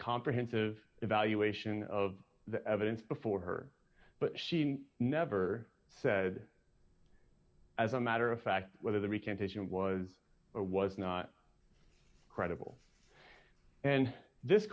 comprehensive evaluation of the evidence before her but she never said as a matter of fact whether the recantation was or was not credible and this